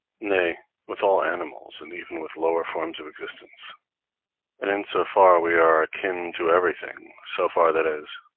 nay, with all animals, and even with lower forms of existence and in so far we are akin to everything so far, that is,